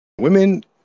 women